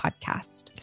podcast